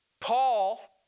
Paul